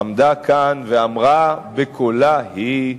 עמדה כאן ואמרה בקולה היא,